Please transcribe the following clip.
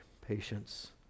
patience